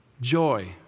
joy